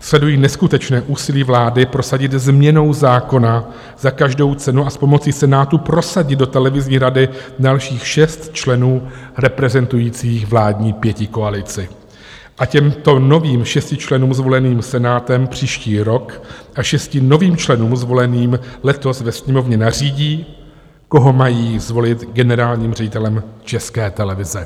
Sleduji neskutečné úsilí vlády prosadit změnou zákona za každou cenu a pomocí Senátu prosadit do televizní rady dalších šest členů reprezentujících vládní pětikoalici a těmto novým šesti členům zvoleným Senátem příští rok a šesti novým členům zvoleným letos ve Sněmovně nařídit, koho mají zvolit generálním ředitelem České televize.